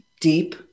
Deep